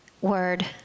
word